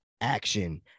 action